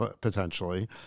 potentially